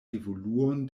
evoluon